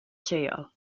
lleol